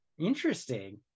interesting